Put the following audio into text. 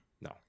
No